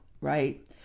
right